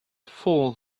fool